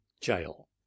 jail